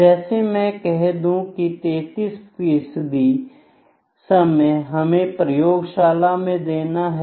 जैसे मैं कह दूं की 33 समय हमें प्रयोगशाला में देना है